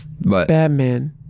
Batman